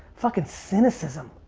fucking cynicism.